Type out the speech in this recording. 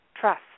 trust